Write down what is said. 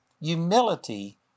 humility